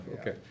okay